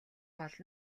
гол